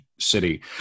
city